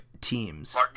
teams